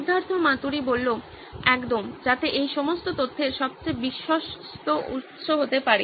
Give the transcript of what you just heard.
সিদ্ধার্থ মাতুরি একদম যাতে এই সমস্ত তথ্যের সবচেয়ে বিশ্বস্ত উৎস হতে পারে